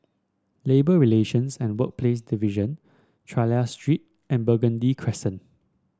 Labour Relations and Workplaces Division Chulia Street and Burgundy Crescent